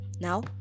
now